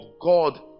God